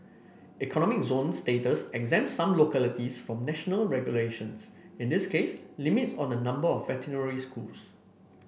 economic zone status exempts some localities from national regulations in this case limits on the number of veterinary schools